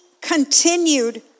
continued